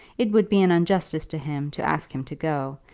it would be an injustice to him to ask him to go,